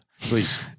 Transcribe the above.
Please